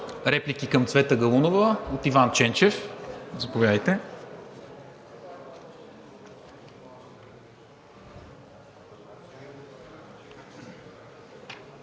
Реплики към Цвета Галунова? Иван Ченчев – заповядайте.